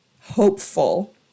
hopeful